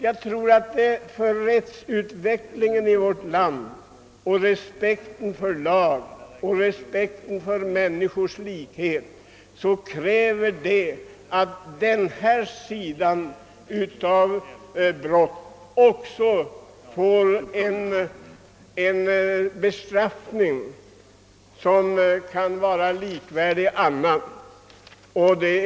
Jag tror att rättsutvecklingen i vårt land och respekten för lag och för människors likhet kräver att det slag av brott jag här avser blir föremål för en bestraffning som är likvärdig med andra straff.